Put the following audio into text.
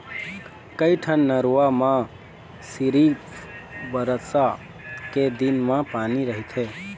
कइठन नरूवा म सिरिफ बरसा के दिन म पानी रहिथे